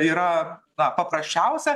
yra na paprasčiausia